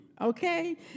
okay